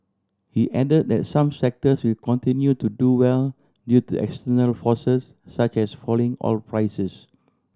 he add that some sectors will continue to do well due to external forces such as falling oil prices